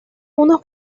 unos